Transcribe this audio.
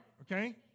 Okay